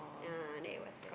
ya then it was the